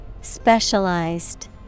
Specialized